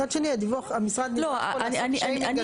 מצד שני, המשרד לא יכול לעשות שיימינג עצמי.